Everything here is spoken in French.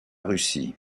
russie